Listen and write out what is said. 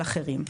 על אחרים.